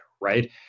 right